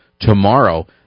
tomorrow